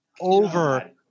over